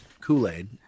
kool-aid